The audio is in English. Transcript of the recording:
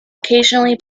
occasionally